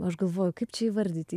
aš galvoju kaip čia įvardyt jį